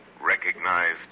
recognized